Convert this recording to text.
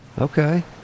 Okay